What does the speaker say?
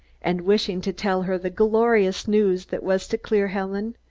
and wishing to tell her the glorious news that was to clear helen,